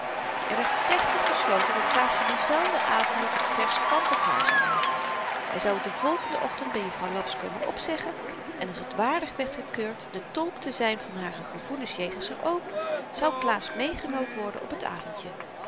er werd plechtig besloten dat klaasje dienzelfden avend nog het vers kant en klaar zou maken hy zou t den volgenden ochtend by jufvrouw laps komen opzeggen en als t waardig werd gekeurd de tolk te zyn van hare gevoelens jegens r oom zou klaas meêgenood worden op t avendje